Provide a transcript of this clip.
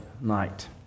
night